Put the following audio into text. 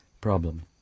problem